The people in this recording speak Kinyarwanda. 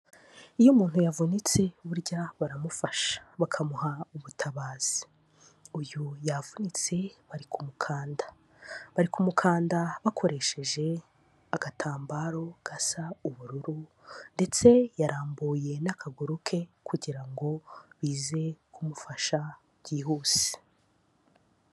Iyo umuntu yavunitse burya baramufasha bakamuha ubutabazi, uyu yavunitse bari kumukanda, bari kumukanda bakoresheje agatambaro gasa ubururu ndetse yarambuye n'akaguru ke kugira ngo bize kumufasha byihuse.